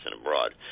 abroad